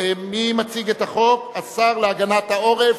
יציג את החוק השר להגנת העורף,